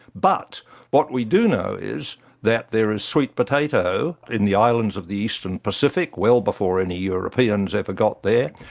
but what we do know is that there is sweet potato in the islands of the eastern pacific, well before any europeans ever got there,